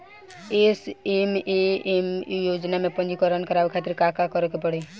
SMAM योजना में पंजीकरण करावे खातिर का का करे के पड़ी?